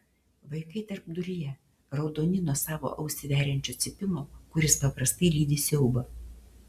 vaikai tarpduryje raudoni nuo savo ausį veriančio cypimo kuris paprastai lydi siaubą